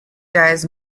dies